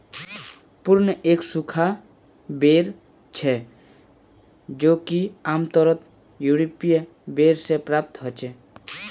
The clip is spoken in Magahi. प्रून एक सूखा बेर छेक जो कि आमतौरत यूरोपीय बेर से प्राप्त हछेक